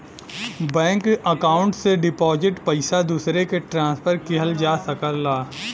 bank account से deposit पइसा दूसरे के ट्रांसफर किहल जा सकला